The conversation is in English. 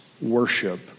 worship